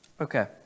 Okay